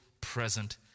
present